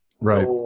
Right